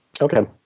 Okay